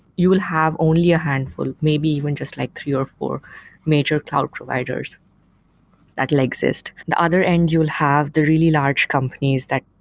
you will have only a handful, maybe even just like three or four major cloud providers that will exist. the other end, you'll have the really large companies that,